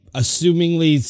assumingly